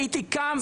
הייתי קם,